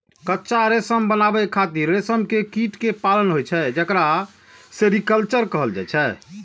कच्चा रेशम बनाबै खातिर रेशम के कीट कें पालन होइ छै, जेकरा सेरीकल्चर कहल जाइ छै